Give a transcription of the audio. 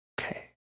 Okay